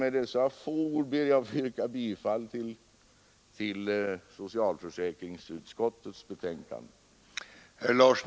Med dessa få ord ber jag att få yrka bifall till socialförsäkringsutskottets hemställan.